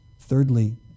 Thirdly